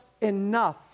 enough